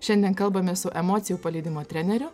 šiandien kalbame su emocijų paleidimo treneriu